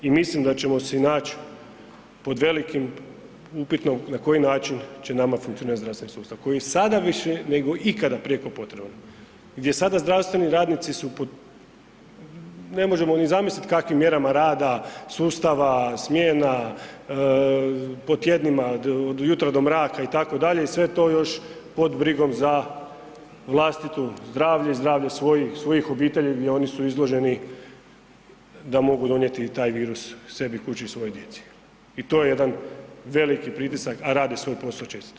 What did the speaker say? I mislim da ćemo se nać pod velikim upitom na koji način će nama funkcionirati zdravstveni sustav koji sada više nego ikada prijeko potreban, gdje su sada zdravstveni radnici pod ne možemo ni zamisliti kakvim mjerama rada, sustava, smjena po tjednima od jutra do mraka itd. i sve to još pod brigom za vlastito zdravlje i zdravlje svojih obitelji gdje oni su izloženi da mogu donijeti taj virus sebi kući svojoj djeci i to je jedan veliki pritisak, a radi svoj posao čestito.